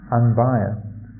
unbiased